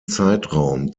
zeitraum